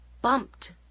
bumped